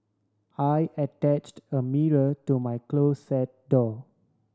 I attached a mirror to my closet door